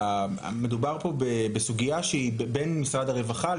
מדובר פה בסוגיה שהיא בין משרד הרווחה,